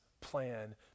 plan